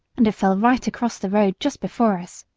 and it fell right across the road just before us.